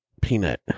Peanut